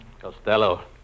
Costello